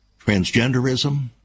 transgenderism